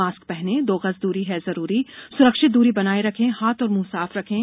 mask पहनें दो गज दूरी है जरूरी सुरक्षित दूरी बनाये रखें हाथ और मुंह साफ रखें